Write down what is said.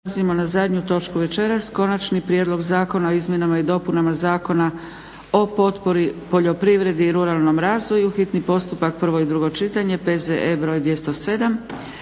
**Leko, Josip (SDP)** Konačni prijedlog Zakona o izmjenama i dopunama Zakona o potpori u poljoprivredi i ruralnom razvoju, hitni postupak, prvo i drugo čitanje, P.Z.E. br. 207.